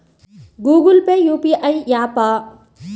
Google Pay UPI య్యాపా?